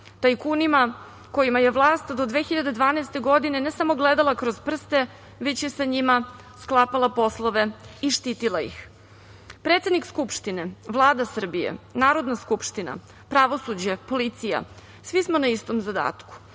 tajkunima kojima je vlast do 2012. godine ne samo gledala kroz prste, već je sa njima sklapala poslove i štitila ih. Predsednik Skupštine, Vlada Srbije, Narodna skupština, pravosuđe, policija, svi smo na istom zadatku